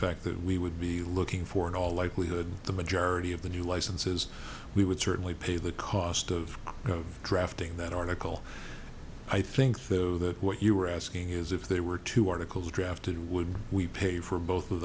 fact that we would be looking for in all likelihood the majority of the new licenses we would certainly pay the cost of drafting that article i think though that what you are asking is if there were two articles drafted would we pay for both of